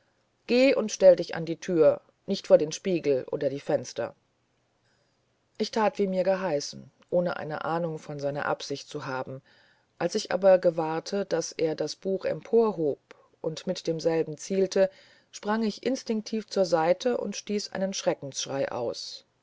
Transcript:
geh und stell dich an die thür nicht vor den spiegel oder die fenster ich that wie mir geheißen ohne eine ahnung von seiner absicht zu haben als ich aber gewahrte daß er das buch emporhob und mit demselben zielte sprang ich instinktiv zur seite und stieß einen schreckensschrei aus